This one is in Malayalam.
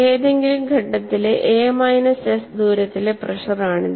ഏതെങ്കിലും ഘട്ടത്തിലെ എ മൈനസ് s ദൂരത്തിലെ പ്രെഷർ ആണിത്